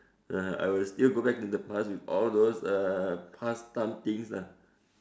(uh huh) I will still go back to the past with all those past time things lah